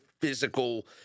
physical